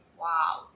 wow